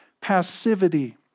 Passivity